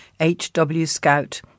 hwscout